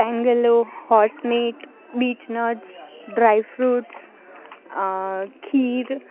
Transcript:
tangelo horsemeat beech nuts dry fruits kheer